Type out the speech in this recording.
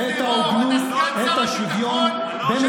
אתה סגן שר הביטחון של